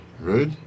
right